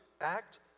act